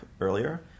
earlier